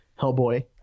Hellboy